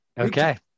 Okay